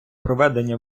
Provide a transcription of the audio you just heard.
проведення